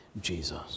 Jesus